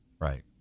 Right